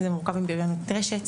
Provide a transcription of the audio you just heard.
זה מורכב מבריונות ברשת,